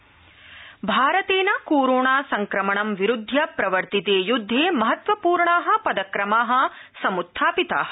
corona भारतेन कोरोनासंक्रमणं विरुध्य प्रवर्तिते युद्धे महत्वपूर्णा पदक्रमा समुत्थापिता